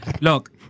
Look